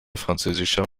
französischer